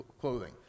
clothing